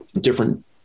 different